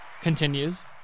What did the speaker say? continues